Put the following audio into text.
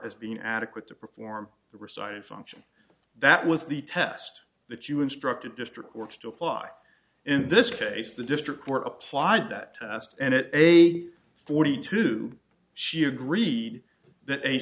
as being adequate to perform the reciting function that was the test that you instructed district courts to apply in this case the district court applied that asked and it a forty two she agreed that a